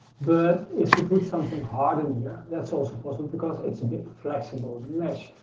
but if you put something hard in here, that's also possible because it's a bit flexible the mesh.